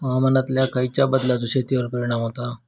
हवामानातल्या खयच्या बदलांचो शेतीवर परिणाम होता?